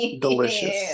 Delicious